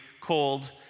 cold